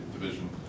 division